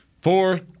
Four